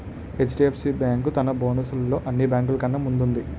HDFC bank తన bonus లలో అన్ని బేంకులు కన్నా ముందు వుంది